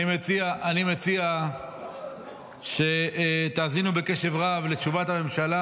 אני מציע שתאזינו בקשב רב לתשובת הממשלה